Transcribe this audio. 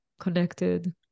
connected